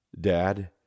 Dad